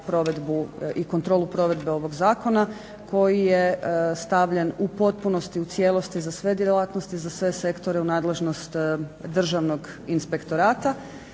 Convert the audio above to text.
i kontrolu provedbe ovog zakona koji je stavljen u potpunosti, u cijelosti za sve djelatnosti, za sve sektore u nadležnost Državnog inspektorata.